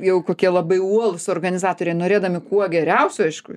jau kokie labai uolūs organizatoriai norėdami kuo geriausio aišku